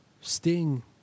Sting